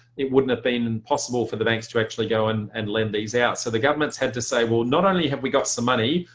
it wouldn't have been and possible for the banks to actually go in and lend these out. so the government's had to say well not only have we got some money,